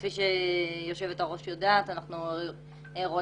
כפי שיושבת הראש יודעת, אנחנו רואים